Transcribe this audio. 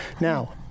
Now